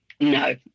no